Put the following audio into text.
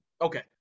Okay